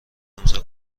امضاء